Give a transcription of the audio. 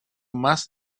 más